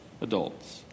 adults